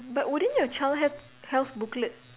but wouldn't you child healt~ health booklet